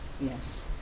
Yes